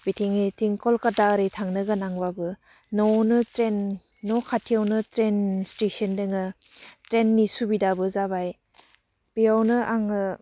बिथिं ओरैथिं कलकाता ओरै थांनो गोनांबाबो न'आवनो ट्रेन न' खाथियावनो ट्रेन स्टेसन दङ ट्रेननि सुबिदाबो जाबाय बेयावनो आङो